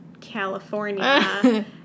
California